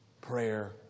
prayer